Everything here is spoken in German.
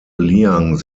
liang